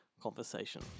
conversation